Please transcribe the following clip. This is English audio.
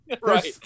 Right